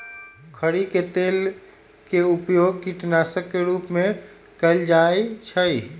खरी के तेल के उपयोग कीटनाशक के रूप में कएल जाइ छइ